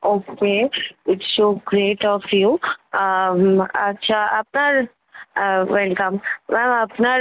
okay it's so great of you আচ্ছা আপনার welcome ma'am আপনার